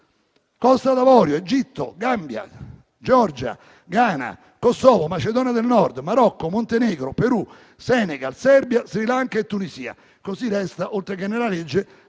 Costa d'Avorio, Egitto, Gambia, Georgia, Ghana, Kosovo, Macedonia del Nord, Marocco, Montenegro, Perù, Senegal, Serbia, Sri Lanka e Tunisia». Così resta, oltre che nella legge,